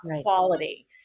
quality